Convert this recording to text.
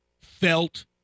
felt